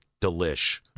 Delish